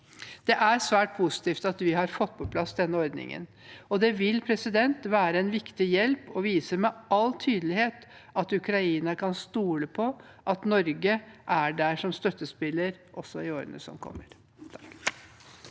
Det er svært positivt at vi har fått på plass denne ordningen. Det vil være en viktig hjelp og viser med all tydelighet at Ukraina kan stole på at Norge er der som støttespiller også i årene som kommer.